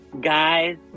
guys